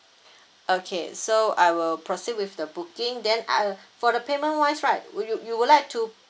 okay so I will proceed with the booking then I'll~ for the payment wise right would you you'd like to